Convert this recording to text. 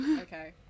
Okay